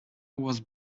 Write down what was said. was